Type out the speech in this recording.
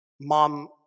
mom